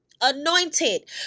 Anointed